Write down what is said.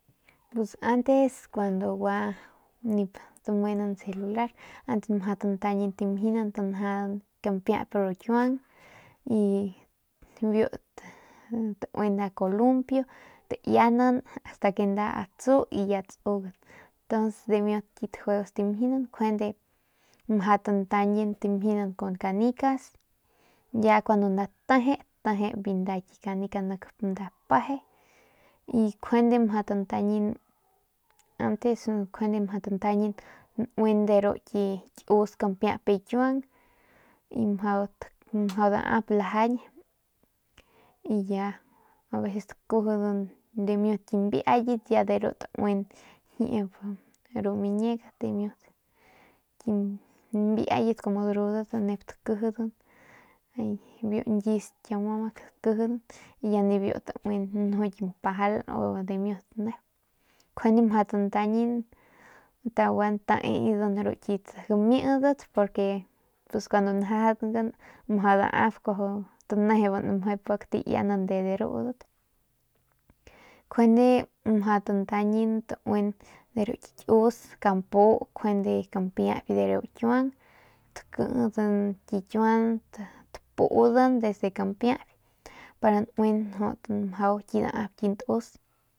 Pus antes cuando gua nip tamenan celular antes majau tantañin timjinan tinjiadat kampiap ru ikiuan y biu tuen nda columpio tianan asta ke nda atsu y ya tsu tuns dimiut kit juegos dimiut kjende mjau tantañin timjinan con canicas y ya cuando nda teje teje bi nda ki canica nak nda paje y kjende mjau tantañin antes kujende mjau tanañin nuen de ru ki kius kampiapde ikiuan mjau daap lajaiñ y ya abeses tikijidan dimiut ki nbiayit ya deru tuen jiep ru biñegat dimiut mbiayit o nep tikijidn y biu nyius kiau mamak tikejen y biu tuen nda ki npajal o dimiut nep kuende mjau tantañin taguan taeedan ru kit gamidat porque pus cuando danjajangan mjau daap kuajau tanejeban meje pik taiaunan de rudat njuande mjau tantañin tauin ru ki kius kampu nkjuande kampiap de ru kiuang takijin ki kiuang tapudan desde kampiayp para nuin mjau ki ntus.